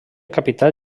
capità